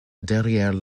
derrière